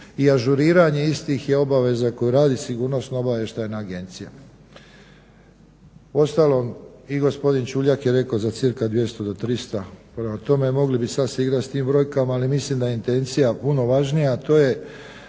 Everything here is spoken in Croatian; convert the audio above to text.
i ažuriranje istih je obaveza koja radi Sigurnosno-obavještajna agencija. Uostalom i gospodin Čuljak je rekao za cca 200 do 300 prema tome mogli bi sada se igrati s tim brojkama ali mislim da je intencija puno važnija,